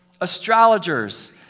astrologers